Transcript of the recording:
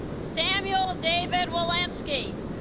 samuel david wolansky